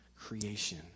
creation